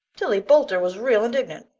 tillie boulter was real indignant.